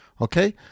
okay